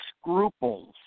scruples